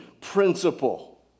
principle